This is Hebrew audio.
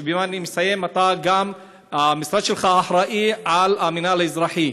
ובה אני מסיים: המשרד שלך אחראי למינהל האזרחי.